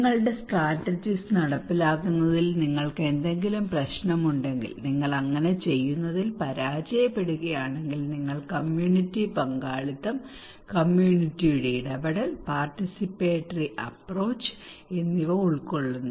നിങ്ങളുടെ സ്ട്രാറ്റജിസ് നടപ്പിലാക്കുന്നതിൽ നിങ്ങൾക്ക് എന്തെങ്കിലും പ്രശ്നമുണ്ടെങ്കിൽ നിങ്ങൾ അങ്ങനെ ചെയ്യുന്നതിൽ പരാജയപ്പെടുകയാണെങ്കിൽ നിങ്ങൾ കമ്മ്യൂണിറ്റി പങ്കാളിത്തം കമ്മ്യൂണിറ്റിയുടെ ഇടപെടൽ പാർട്ടിസിപ്പേറ്ററി അപ്പ്രോച്ച് എന്നിവ ഉൾക്കൊള്ളുന്നു